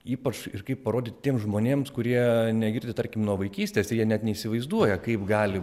ypač ir kaip parodyt tiems žmonėms kurie negirdi tarkim nuo vaikystės ir jie net neįsivaizduoja kaip gali